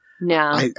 No